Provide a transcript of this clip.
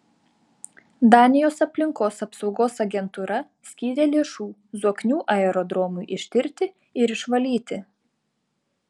danijos aplinkos apsaugos agentūra skyrė lėšų zoknių aerodromui ištirti ir išvalyti